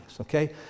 okay